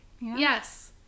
Yes